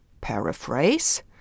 paraphrase